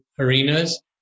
arenas